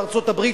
בארצות-הברית,